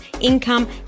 income